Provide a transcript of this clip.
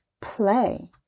play